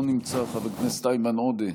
לא נמצא, חבר הכנסת איימן עודה,